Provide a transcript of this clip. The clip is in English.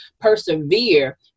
persevere